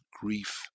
grief